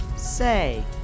Say